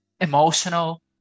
emotional